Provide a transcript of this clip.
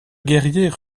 guerrier